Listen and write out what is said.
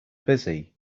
busy